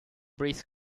breast